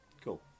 Cool